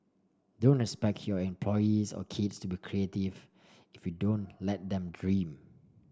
don't expect your employees or kids to be creative if you don't let them dream